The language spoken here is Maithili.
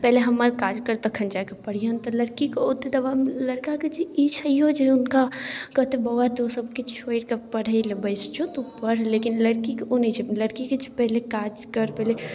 पहिले हमर काजकर तखन जाकऽ पढ़िहेँ लड़कीके ओतेक दबाव लड़काके जे ई छैओ जे हुनका कहतै बौआ तोँ सबकिछु छोड़िकऽ पढ़ैलए बैसि जो तोँ पढ़ लेकिन लड़कीके ओ नहि छै लड़कीके छै पहिले काजकर पहिले